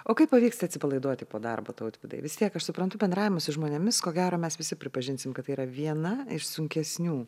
o kaip pavyksta atsipalaiduoti po darbo tautvydai vis tiek aš suprantu bendravimas su žmonėmis ko gero mes visi pripažinsim kad tai yra viena iš sunkesnių